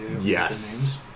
yes